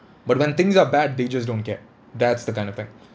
but when things are bad they just don't care that's the kind of thing